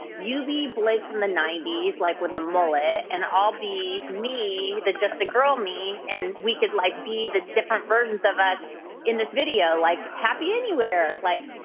you be blake from the ninety s, like with a mullet, and i'll be me, the just a girl me, and we could, like, be the different versions of us in this video, like, happy anywhere. like,